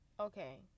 okay